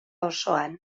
osoan